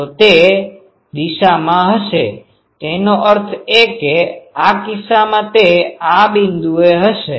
તો તે તે દિશામાં હશે તેનો અર્થ એ કે આ કિસ્સામાં તે આ બિંદુએ હશે